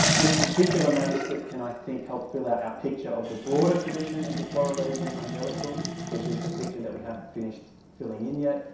this particular manuscript can i think help fill out our picture of the broader tradition of the florilegium angelicum which is a picture that we haven't finished filling in yet.